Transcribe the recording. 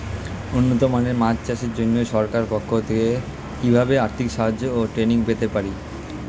উন্নত মানের মাছ চাষের জন্য সরকার পক্ষ থেকে কিভাবে আর্থিক সাহায্য ও ট্রেনিং পেতে পারি?